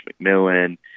McMillan